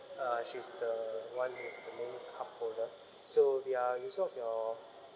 uh she's the one with the main card holder so we are using of your